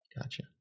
gotcha